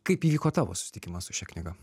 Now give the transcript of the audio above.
kaip įvyko tavo susitikimas su šia knyga